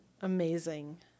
amazing